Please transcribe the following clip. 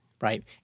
right